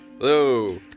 Hello